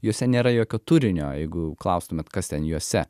juose nėra jokio turinio jeigu klaustumėt kas ten juose